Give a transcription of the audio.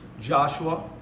Joshua